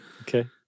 Okay